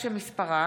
הכנסת,